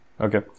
okay